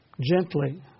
gently